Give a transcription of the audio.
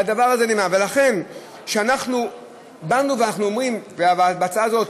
ולכן כשאנחנו באנו ואנחנו אומרים, בהצעה הזאת,